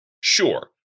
Sure